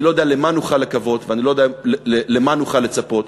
אני לא יודע למה נוכל לקוות ואני לא יודע למה נוכל לצפות.